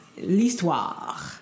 l'histoire